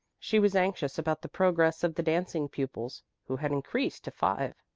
she was anxious about the progress of the dancing pupils, who had increased to five,